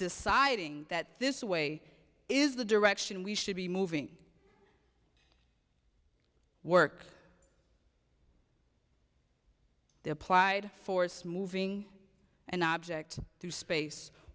deciding that this way is the direction we should be moving work they applied force moving an object through space